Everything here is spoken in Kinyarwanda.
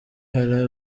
hari